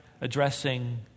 addressing